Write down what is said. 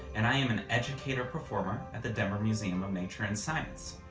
and i am an educator performer at the denver museum of nature and science.